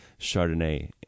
Chardonnay